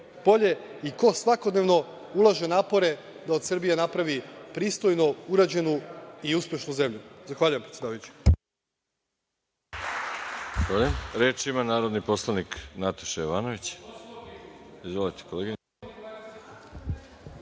i ko svakodnevno ulaže napore da od Srbije napravi pristojno urađenu i uspešnu zemlju. Zahvaljujem, predsedavajući.